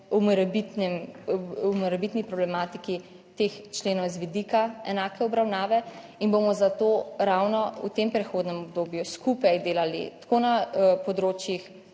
morebitni problematiki teh členov z vidika enake obravnave in bomo zato ravno v tem prehodnem obdobju skupaj delali tako na področjih